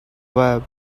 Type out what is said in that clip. web